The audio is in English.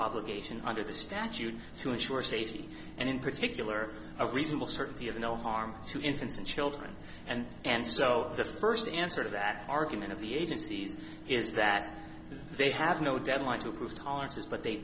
obligation under the statute to assure safety and in particular a reasonable certainty of no harm to infants and children and and so the first answer to that argument of the agencies is that they have no deadlines to prove tolerances but they